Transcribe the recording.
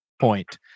point